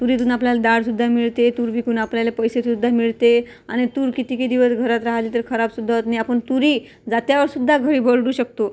तुरीतून आपल्याला डाळसुद्धा मिळते तूर विकून आपल्याला पैसेसुद्धा मिळते आणि तूर किती बी दिवस घरात राहिली तर खराबसुद्धा होत नाही आपण तुरी जात्यावर सुद्धा घरी भरडू शकतो